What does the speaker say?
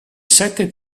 sette